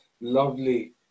lovely